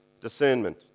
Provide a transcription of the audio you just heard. discernment